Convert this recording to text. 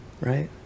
right